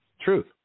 Truth